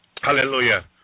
Hallelujah